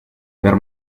per